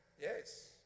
Yes